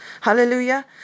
Hallelujah